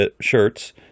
shirts